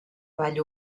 vall